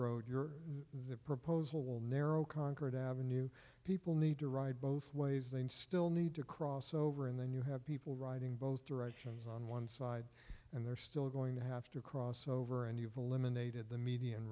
road you're the proposal will narrow concord avenue people need to ride both ways they still need to cross over and then you have people riding both directions on one side and they're still going to have to cross over and you've eliminated the median